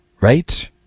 Right